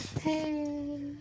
Hey